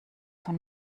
schon